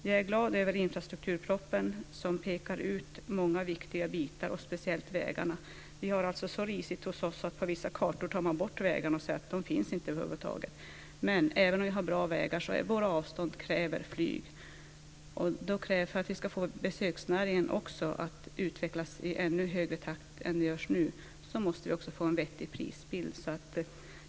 Jag är glad över infrastrukturproppen, som pekar ut många viktiga bitar, speciellt vägarna. Vi har det så risigt hos oss att man på vissa kartor tar bort vägarna och säger att de över huvud taget inte finns. Men även om vi hade bra vägar kräver våra avstånd flyg, och för att vi ska få besöksnäringen att utvecklas i ännu högre takt än nu måste vi också få en vettig prisbild.